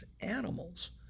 animals